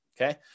okay